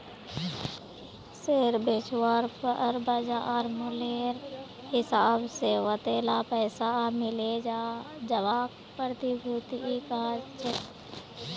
share बेचवार पर बाज़ार मूल्येर हिसाब से वतेला पैसा मिले जवाक प्रतिभूति कह छेक